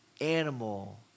animal